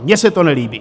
Mně se to nelíbí.